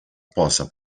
possa